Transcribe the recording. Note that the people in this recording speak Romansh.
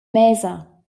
mesa